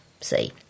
see